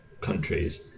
countries